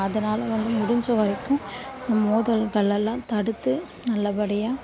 அதனால் வந்து முடிஞ்ச வரைக்கும் இந்த மோதல்களெல்லாம் தடுத்து நல்லபடியாக